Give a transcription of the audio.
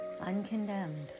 uncondemned